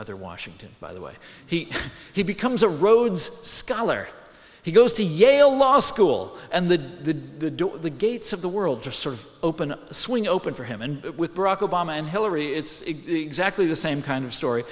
other washington by the way he he becomes a rhodes scholar he goes to yale law school and the the gates of the world are sort of open swing open for him and with barack obama and hillary it's exactly the same kind of story